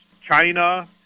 China